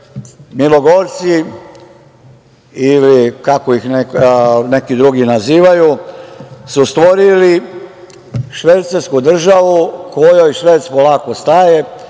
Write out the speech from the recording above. "milogorci" ili kako ih neki drugi nazivaju su stvorili švercersku državu kojoj šverc polako staje,